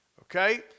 okay